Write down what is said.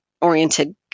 oriented